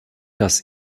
das